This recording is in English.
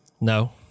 No